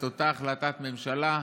את אותה החלטת ממשלה,